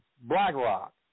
BlackRock